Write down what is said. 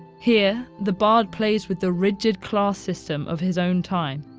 here, the bard plays with the rigid class system of his own time,